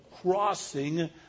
crossing